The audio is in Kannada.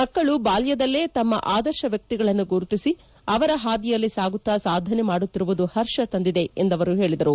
ಮಕ್ಕಳು ಬಾಲ್ಲದಲ್ಲೇ ತಮ್ನ ಆದರ್ಶ ವ್ಹಕ್ತಿಗಳನ್ನು ಗುರುತಿಸಿ ಅವರ ಹಾದಿಯಲ್ಲಿ ಸಾಗುತ್ತಾ ಸಾಧನೆ ಮಾಡುತ್ತಿರುವುದು ಹರ್ಷ ತಂದಿದೆ ಎಂದು ಅವರು ಹೇಳಿದರು